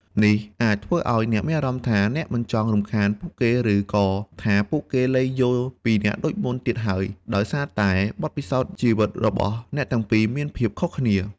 នេះអាចធ្វើឲ្យអ្នកមានអារម្មណ៍ថា អ្នកមិនចង់រំខានពួកគេ ឬក៏ថាពួកគេលែងយល់ពីអ្នកដូចមុនទៀតហើយ ដោយសារតែបទពិសោធន៍ជីវិតរបស់អ្នកទាំងពីរមានភាពខុសគ្នា។